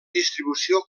distribució